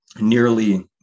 nearly